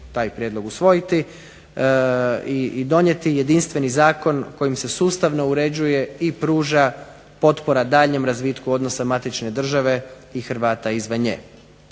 taj prijedlog usvojiti i donijeti jedinstveni zakon kojim se sustavno uređuje i pruža potpora daljnjem razvitku odnosa matične države i Hrvata izvan nje.